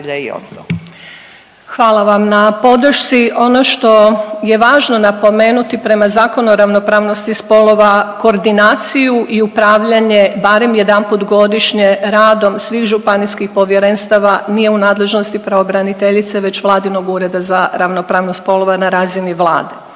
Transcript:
Hvala vam na podršci. Ono što je važno napomenuti, prema Zakonu o ravnopravnosti spolova koordinaciju i upravljanje barem jedanput godišnje radom svih županijskih povjerenstava nije u nadležnosti pravobraniteljice već Vladinog ureda za ravnopravnost spolova na razini Vlade.